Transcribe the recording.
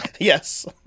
Yes